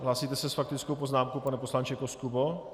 Hlásíte se s faktickou poznámkou, pane poslanče Koskubo?